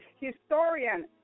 historian